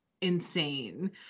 insane